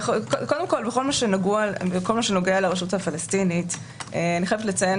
בכל מה שנוגע לרשות הפלסטינית אני חייבת לציין